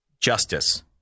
justice